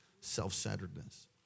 self-centeredness